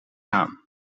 aan